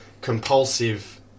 compulsive